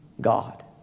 God